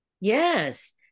Yes